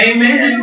Amen